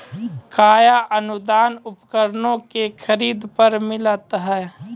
कया अनुदान उपकरणों के खरीद पर मिलता है?